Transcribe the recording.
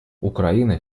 украина